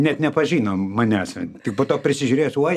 net nepažino manęs tik po to prisižiūrėjęs uoj